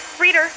Reader